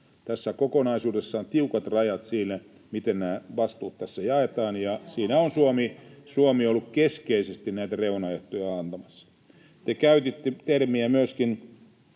Tässä kokonaisuudessa on tiukat rajat siinä, miten nämä vastuut tässä jaetaan, ja Suomi on ollut keskeisesti näitä reunaehtoja antamassa. Te käytitte myöskin